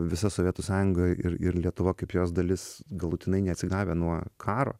visa sovietų sąjunga ir ir lietuva kaip jos dalis galutinai neatsigavę nuo karo